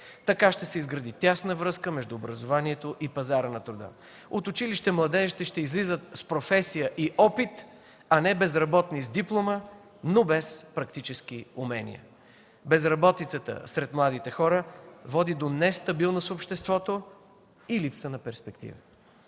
Така ще се изгради тясна връзка между образованието и пазара на труда. От училище младежите ще излизат с професия и опит, а не безработни с диплома, но без практически умения. Безработицата сред младите хора води до нестабилност в обществото и липса на перспектива.